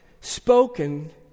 spoken